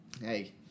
Hey